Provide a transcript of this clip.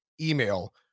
email